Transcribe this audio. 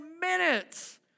minutes